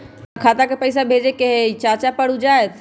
हमरा खाता के पईसा भेजेए के हई चाचा पर ऊ जाएत?